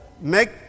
make